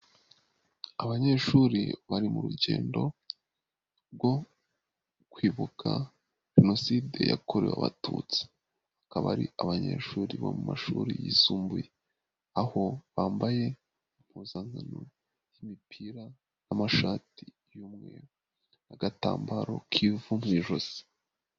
Abanyeshuri bari mu rugendo rwo kwibuka jenoside yakorewe Abatutsi. Akaba ari abanyeshuri bo mu mashuri yisumbuye. Aho bambaye impuzankano z'imipira n'amashati y'umweru n'agatambaro k'ivu mu ijosi.